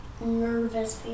nervous